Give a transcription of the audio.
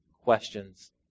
questions